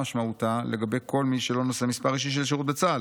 משמעותה לגבי כל מי שלא נושא מספר אישי של שירות בצה"ל,